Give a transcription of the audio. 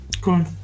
cool